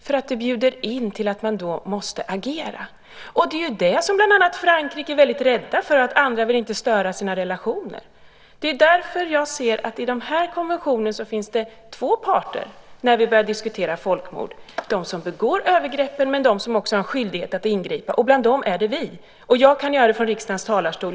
För att det bjuder in till att man då måste agera. Det är ju det som bland annat Frankrike är väldigt rädda för. Andra vill inte störa sina relationer. Det är därför jag ser att det finns två parter i den här konventionen när vi börjar diskutera folkmord, de som begår övergreppen men också de som har en skyldighet att ingripa. Bland dem finns vi. Jag kan göra det från riksdagens talarstol.